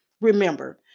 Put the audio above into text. Remember